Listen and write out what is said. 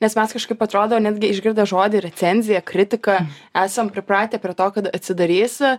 nes mes kažkaip atrodo netgi išgirdę žodį recenzija kritika esam pripratę prie to kad atsidarysi